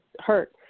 hurt